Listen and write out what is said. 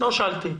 בעוד שנתיים,